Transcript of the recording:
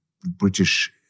British